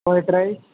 white rice